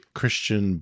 Christian